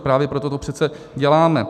Právě proto to přece děláme.